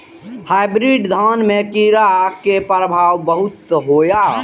Hybrid धान में कीरा के प्रकोप बहुत किया होया?